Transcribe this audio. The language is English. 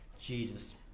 Jesus